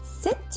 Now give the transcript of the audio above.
sit